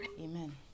amen